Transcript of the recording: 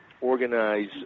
organize